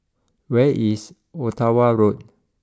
where is Ottawa Road